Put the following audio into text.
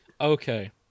Okay